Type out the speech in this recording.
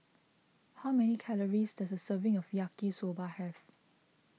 how many calories does a serving of Yaki Soba have